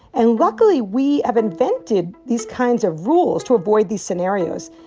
and luckily we have invented these kinds of rules to avoid these scenarios.